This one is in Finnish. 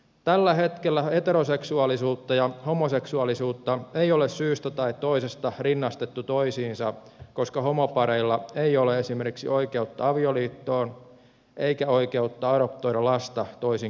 tällä hetkellä heteroseksuaalisuutta ja homoseksuaalisuutta ei ole syystä tai toisesta rinnastettu toisiinsa koska homopareilla ei ole esimerkiksi oikeutta avioliittoon eikä oikeutta adoptoida lasta toisin kuin heteropareilla